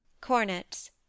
Cornets